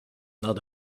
not